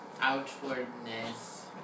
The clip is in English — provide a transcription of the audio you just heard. outwardness